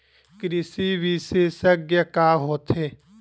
कृषि विशेषज्ञ का होथे?